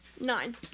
Nine